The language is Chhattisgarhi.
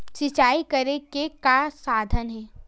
सिंचाई करे के का साधन हे?